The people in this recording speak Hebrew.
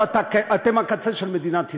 או שאתם הקצה של מדינת ישראל.